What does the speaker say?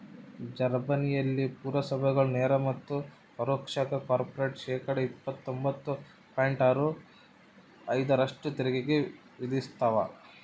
ಜರ್ಮನಿಯಲ್ಲಿ ಪುರಸಭೆಗಳು ನೇರ ಮತ್ತು ಪರೋಕ್ಷ ಕಾರ್ಪೊರೇಟ್ ಶೇಕಡಾ ಇಪ್ಪತ್ತೊಂಬತ್ತು ಪಾಯಿಂಟ್ ಆರು ಐದರಷ್ಟು ತೆರಿಗೆ ವಿಧಿಸ್ತವ